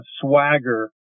swagger